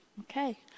Okay